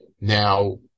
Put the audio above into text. Now